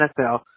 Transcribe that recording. NFL